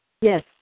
Yes